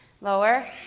Lower